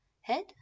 Head